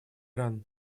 иран